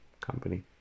company